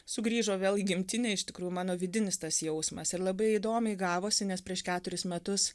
sugrįžo vėl į gimtinę iš tikrųjų mano vidinis tas jausmas ir labai įdomiai gavosi nes prieš keturis metus